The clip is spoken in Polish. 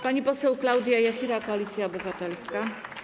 Pani poseł Klaudia Jachira, Koalicja Obywatelska.